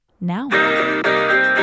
now